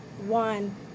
one